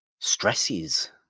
stresses